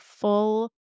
full